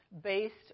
based